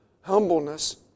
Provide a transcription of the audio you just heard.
humbleness